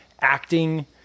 acting